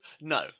No